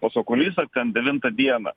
pas okulistą ten devintą dieną